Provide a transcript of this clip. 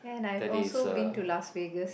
that is uh